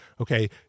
Okay